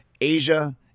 Asia